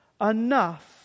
enough